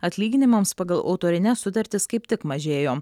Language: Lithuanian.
atlyginimams pagal autorines sutartis kaip tik mažėjo